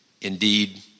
indeed